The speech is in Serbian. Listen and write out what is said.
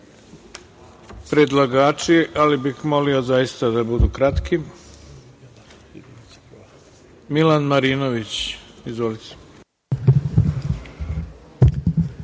predlagači, ali bih molio zaista da budu kratki. Milan Marinović, izvolite.